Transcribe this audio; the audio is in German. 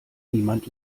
niemand